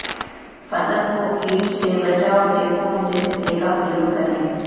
फसल को कीट से बचाव के कौनसे स्प्रे का प्रयोग करें?